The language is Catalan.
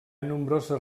nombroses